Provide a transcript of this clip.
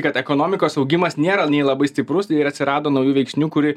kad ekonomikos augimas nėra nei labai stiprus ir atsirado naujų veiksnių kurie